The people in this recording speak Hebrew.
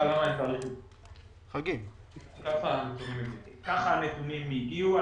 כך הנתונים הגיעו.